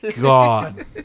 god